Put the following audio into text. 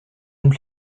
donc